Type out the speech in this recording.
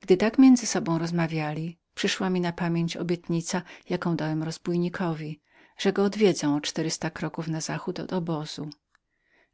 gdy tak między sobą rozmawiali przyszła mi na pamięć obietnica jaką dałem rozbójnikowi że go odwidzęodwiedzę o czterysta kroków na zachód od obozu